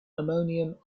ammonium